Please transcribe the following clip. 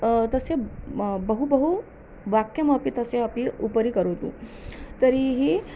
तस्य मम बहु बहु वाक्यमपि तस्य अपि उपरि करोतु तर्हि